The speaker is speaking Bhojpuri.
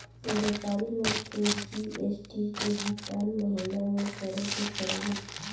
व्यापारी लोग के जी.एस.टी के भुगतान महीना में करे के पड़ेला